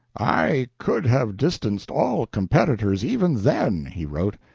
i could have distanced all competitors, even then, he wrote,